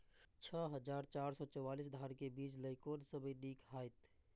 छः हजार चार सौ चव्वालीस धान के बीज लय कोन समय निक हायत?